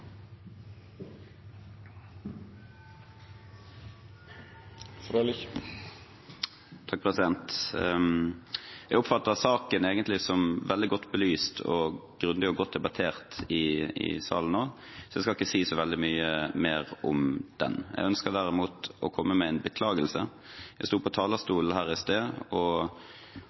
Jeg oppfatter saken egentlig som veldig godt belyst og grundig og godt debattert i salen nå, så jeg skal ikke si så veldig mye mer om den. Jeg ønsker derimot å komme med en beklagelse. Jeg sto på talerstolen her i sted og